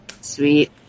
Sweet